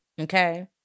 Okay